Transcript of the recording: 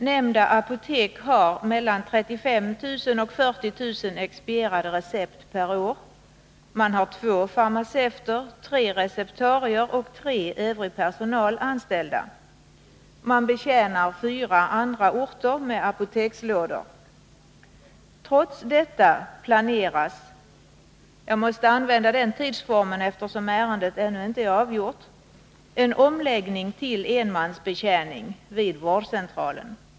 Nämnda apotek har 35 000-40 000 expedierade recept per år. Man har två farmaceuter, tre receptarier och ytterligare tre personer anställda. Man betjänar fyra andra orter med apotekslådor. Trots detta planeras — jag måste använda den tidsformen, eftersom ärendet ännu inte är avgjort — en omläggning till enmansbetjäning vid vårdcentralen.